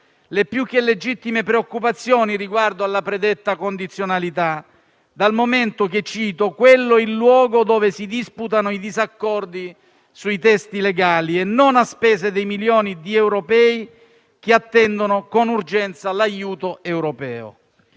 le più che legittime preoccupazioni riguardo alla predetta condizionalità dal momento che quello è il luogo dove si disputano «i disaccordi sui testi giuridici e non a spese di milioni di europei che aspettano con urgenza il nostro aiuto».